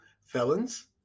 felons